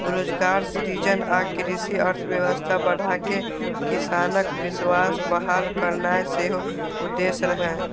रोजगार सृजन आ कृषि अर्थव्यवस्था बढ़ाके किसानक विश्वास बहाल करनाय सेहो उद्देश्य रहै